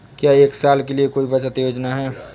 क्या एक साल के लिए कोई बचत योजना है?